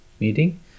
meeting